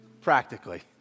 practically